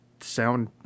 sound